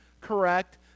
correct